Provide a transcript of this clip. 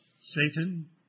Satan